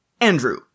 Andrew